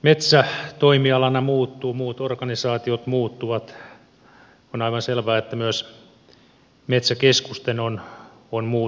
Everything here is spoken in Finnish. metsä toimialana muuttuu muut organisaatiot muuttuvat on aivan selvää että myös metsäkeskusten on muututtava